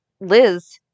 liz